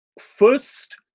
first